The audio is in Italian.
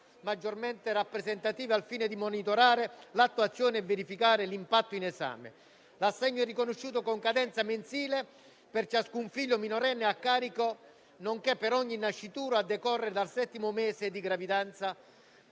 maggiormente rappresentative al fine di monitorare l'attuazione e verificare l'impatto in esame. L'assegno è riconosciuto con cadenza mensile per ciascun figlio minorenne a carico, nonché per ogni nascituro a decorrere dal settimo mese di gravidanza.